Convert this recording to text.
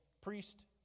priest